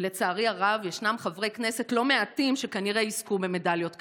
ולצערי הרב ישנם חברי כנסת לא מעטים שכנראה יזכו במדליות כאלה.